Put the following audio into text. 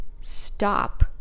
stop